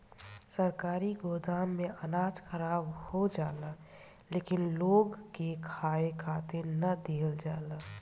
सरकारी गोदाम में अनाज खराब हो जाला लेकिन लोग के खाए खातिर ना दिहल जाला